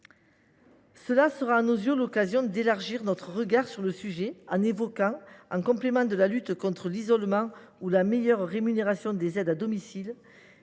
Nous y voyons l’occasion d’élargir notre regard sur le sujet, en évoquant, en complément de la lutte contre l’isolement ou de la meilleure rémunération des aides à domicile,